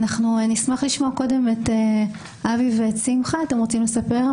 נשמח לשמוע קודם את אבי ואת שמחה, אתם רוצים לספר?